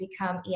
become